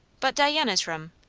but diana's room,